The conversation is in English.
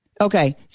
Okay